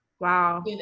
Wow